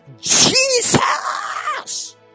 Jesus